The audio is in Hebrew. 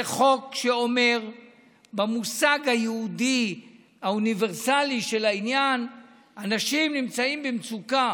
זה חוק שאומר במושג היהודי והאוניברסלי של העניין שאנשים נמצאים במצוקה